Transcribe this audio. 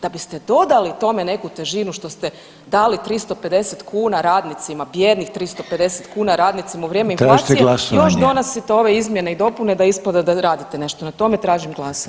Da biste dodali tome neku težinu što ste dali 350 kuna radnicima, bijednih 350 kuna radnicima u vrijeme inflacije [[Upadica: tražite glasovanje?]] još donosite ove izmjene i dopune da ispada da radite nešto na tome, tražim glasanje.